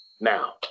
Now